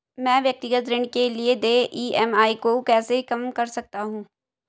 मैं व्यक्तिगत ऋण के लिए देय ई.एम.आई को कैसे कम कर सकता हूँ?